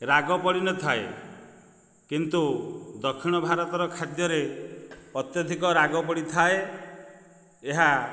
ରାଗ ପଡ଼ିନଥାଏ କିନ୍ତୁ ଦକ୍ଷିଣ ଭାରତର ଖାଦ୍ୟରେ ଅତ୍ୟଧିକ ରାଗ ପଡ଼ିଥାଏ ଏହା